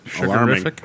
alarming